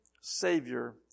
Savior